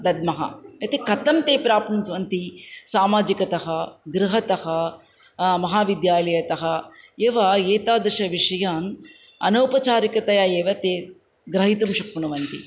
दद्मः इति कथं ते प्राप्नुवन्ति सामाजिकतः गृहतः महाविद्यालयतः एव एतादृशान् विषयान् अनौपचारिकतया एव ते ग्रहितुं शक्नुवन्ति